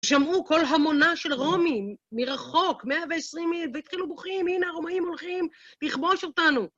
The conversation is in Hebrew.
שמעו כל המונה של רומים, מרחוק, 120 מיל, והתחילו בוכים, הנה הרומאים הולכים לכבוש אותנו.